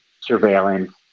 surveillance